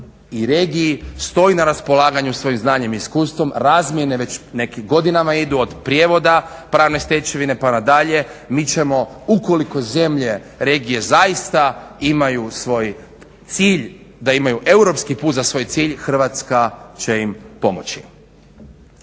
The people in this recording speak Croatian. i regiji stoji na raspolaganju svojim znanjem i iskustvo, razmjene već neke godinama idu od prijevoda pravne stečevine pa nadalje. Mi ćemo ukoliko zemlje regije zaista imaju svoj cilj da imaju europski put za svoj cilj će im pomoći.